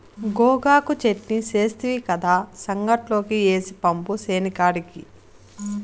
గోగాకు చెట్నీ సేస్తివి కదా, సంగట్లోకి ఏసి పంపు సేనికాడికి